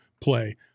play